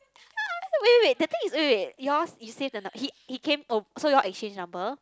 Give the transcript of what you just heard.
wait wait wait the thing is wait wait wait yours is same or not he he came so you all exchanged number